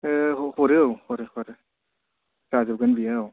हरो औ हरो हरो जाजोबगोन बियो औ